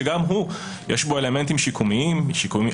שגם הוא יש בו אלמנטים שיקומיים משמעותיים,